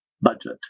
budget